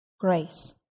grace